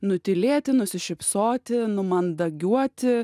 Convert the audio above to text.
nutylėti nusišypsoti numandagiuoti